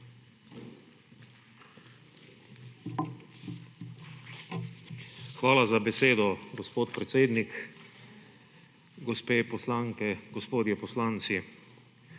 Hvala za besedo, gospod predsednik. Gospe poslanke, gospodje poslanci!